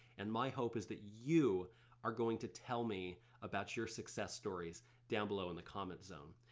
and my hope is that you are going to tell me about your success stories down below in the comment zone.